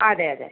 അതെ അതെ